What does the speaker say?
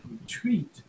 retreat